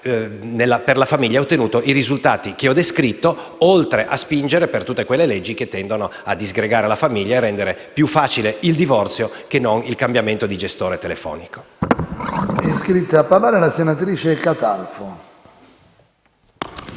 per la famiglia ha ottenuto i risultati che ho descritto, oltre a spingere per tutte quelle leggi che tendono a disgregare la famiglia e a rendere più facile il divorzio che non il cambiamento di gestore telefonico.